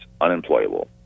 unemployable